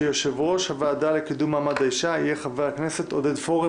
שיושב-ראש הוועדה לקידום מעמד האישה יהיה חבר הכנסת עודד פורר,